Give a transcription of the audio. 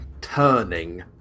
turning